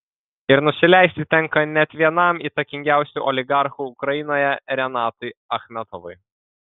ir nusileisti tenka net vienam įtakingiausių oligarchų ukrainoje renatui achmetovui